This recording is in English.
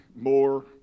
more